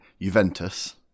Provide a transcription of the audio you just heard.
Juventus